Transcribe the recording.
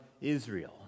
Israel